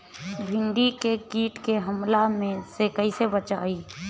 भींडी के कीट के हमला से कइसे बचाई?